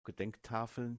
gedenktafeln